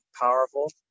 powerful